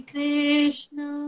Krishna